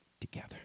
together